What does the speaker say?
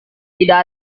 tidak